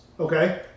Okay